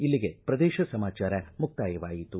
ಇಲ್ಲಿಗೆ ಪ್ರದೇಶ ಸಮಾಚಾರ ಮುಕ್ತಾಯವಾಯಿತು